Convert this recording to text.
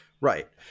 Right